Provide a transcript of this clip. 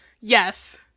Yes